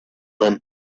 him